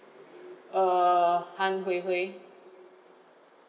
err han hui hui